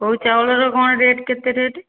କେଉଁ ଚାଉଳର କ'ଣ ରେଟ୍ କେତେ ରେଟ୍